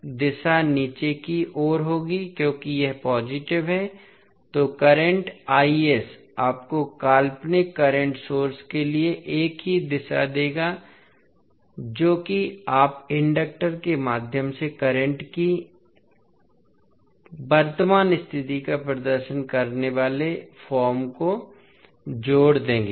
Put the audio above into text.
तो दिशा नीचे की ओर होगी क्योंकि यह पॉज़िटिव है तो करंटआपको काल्पनिक करंट सोर्स के लिए एक ही दिशा देगा जो कि आप इंडक्टर के माध्यम से करंट की करंट स्थिति का प्रदर्शन करने वाले फ़ॉर्म को जोड़ देंगे